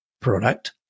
product